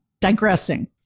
digressing